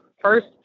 first